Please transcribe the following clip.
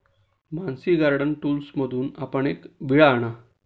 Mansi garden टूल्समधून आपण एक विळा आणा